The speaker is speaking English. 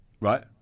Right